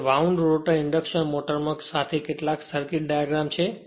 તે wound rotor induction મોટરમાં સાથે કેટલાક સર્કિટ ડાયાગ્રામ છે